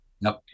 nope